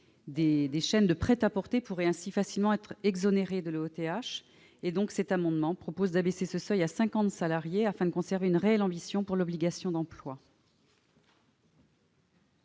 encore de prêt-à-porter pourraient ainsi facilement être exonérées de l'OETH. Cet amendement tend donc à abaisser ce seuil à 50 salariés, afin de conserver une réelle ambition pour l'obligation d'emploi.